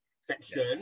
section